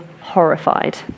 horrified